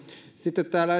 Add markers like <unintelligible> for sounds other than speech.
sitten täällä <unintelligible>